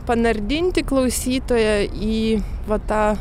panardinti klausytoją į va tą